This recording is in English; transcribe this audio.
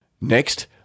Next